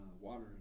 water